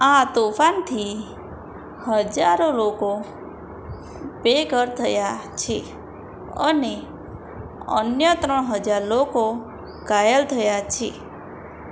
આ તોફાનથી હજારો લોકો બેઘર થયાં છે અને અન્ય ત્રણ હજાર લોકો ઘાયલ થયાં છે